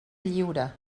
lliure